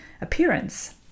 appearance